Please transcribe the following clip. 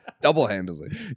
Double-handedly